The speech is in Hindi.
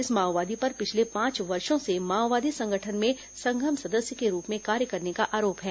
इस माओवादी पर पिछले पांच वर्षो से माओवादी संगठन में संघम सदस्य के रूप में कार्य करने का आरोप है